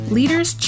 Leaders